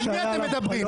על מי אתם מדברים?